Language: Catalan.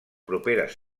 properes